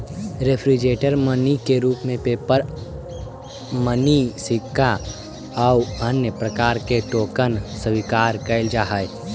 representative money के रूप में पेपर मनी सिक्का आउ अन्य प्रकार के टोकन स्वीकार कैल जा हई